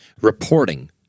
reporting